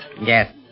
Yes